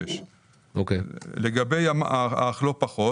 לגבי ה-אך לא פחות.